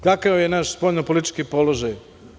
Kakav je naš spoljno–politički položaj?